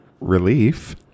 Relief